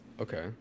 Okay